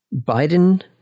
Biden